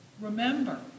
Remember